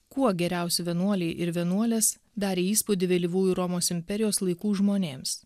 kuo geriausi vienuoliai ir vienuolės darė įspūdį vėlyvųjų romos imperijos laikų žmonėms